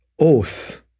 oath